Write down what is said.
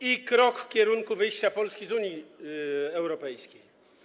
i krok w kierunku wyjścia Polski z Unii Europejskiej.